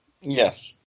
Yes